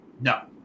No